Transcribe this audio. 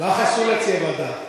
לא, לוועדה, רק איזו ועדה?